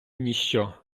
ніщо